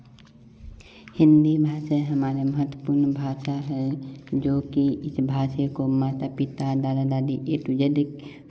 हिंदी भाषा हमारे महत्वपूर्ण भाषा है जो कि इस भाषा को माता पिता दादा दादी ए टू जेडिक